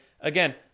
Again